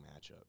matchup